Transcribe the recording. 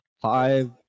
five